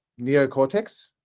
neocortex